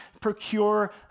procure